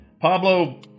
pablo